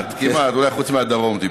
כמעט, כמעט, אולי חוץ מהדרום.